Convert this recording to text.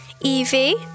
Evie